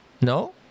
No